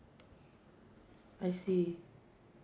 I see